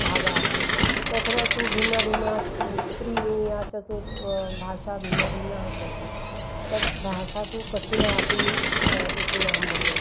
भागः आसीत् तत्र तु भिन्नभिन्न त्रीचतुर्भाषाः भिन्नभिन्नाः सन्ति तत् भाषा तु कठिना अपि इति अहं मन्ये